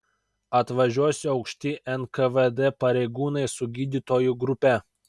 atvažiuosią aukšti nkvd pareigūnai su gydytojų grupe